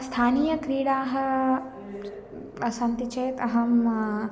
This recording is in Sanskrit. स्थानीयाः क्रीडाः सन्ति चेत् अहम्